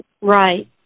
Right